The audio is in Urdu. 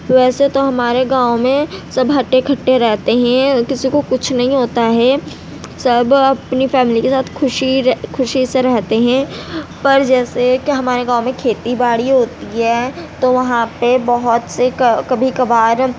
ویسے تو ہمارے گاؤں میں سب ہٹے کٹے رہتے ہیں کسی کو کچھ نہیں ہوتا ہے سب اپنی فیملی کے ساتھ خوشیر خوشی سے رہتے ہیں پر جیسے کہ ہمارے گاؤں میں کھیتی باڑی ہوتی ہے تو وہاں پہ بہت سے کا کبھی کبھار